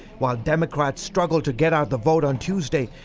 while democrats struggled to get-out-the-vote on tuesday,